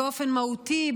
באופן מהותי,